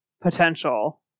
potential